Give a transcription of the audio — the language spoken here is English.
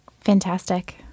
Fantastic